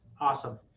awesome